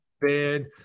bad